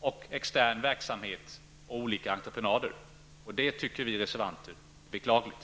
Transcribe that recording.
och externa entreprenader. Det tycker vi reservanter är beklagligt.